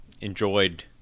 enjoyed